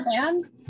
bands